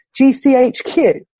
GCHQ